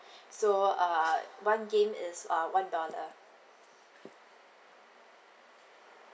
so uh one game is uh one dollar